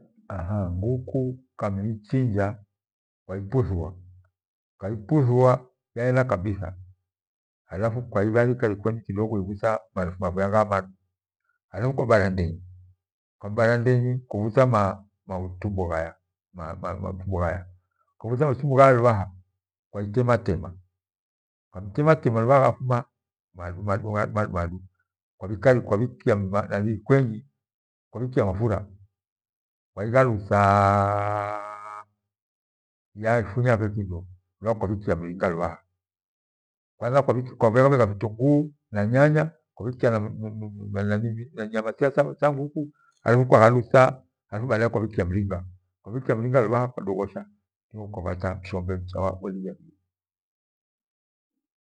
Ahaa nikuku ukamiichinja kwaiputhua uhaminputhua yada kabitha, halafu jikoni kidigo ibhutha mafwea ghaya mda. Halafu kwa bora ndemyi kwabara ndenyi kwabhutta nautumbo ghaya nautumbo ghaya. Ukamithuta mautumbo haya lubha kwaitematema ukamiitematema, ukamiitematema lubha kwabhegha ma- madumadu, kwaibhile rukwenyi kwabhikhia mafura, kwaighaluthaa yafunya kekindo lubhaha kwabhihia mringa lubhaha, kwantha kwabheghabhegha fitunguu na nyanya kwabhikiana nyama tia tha nguku halafu kwa ghaluta halafu baadae kwabhikia mringa ukambhia mringa lubhaha kwadoghosha kwapata mshombe mcha welia kijo.